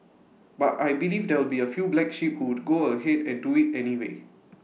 but I believe there will be A few black sheep who would go ahead and do IT anyway